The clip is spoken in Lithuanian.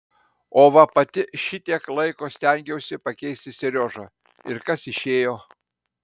o va pati šitiek laiko stengiausi pakeisti seriožą ir kas išėjo